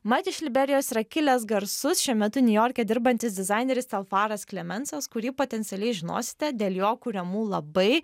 mat iš liberijos yra kilęs garsus šiuo metu niujorke dirbantis dizaineris telfaras klemensas kurį potencialiai žinosite dėl jo kuriamų labai